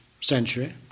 century